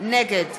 נגד